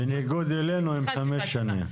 בניגוד אלינו, הם חמש שנים.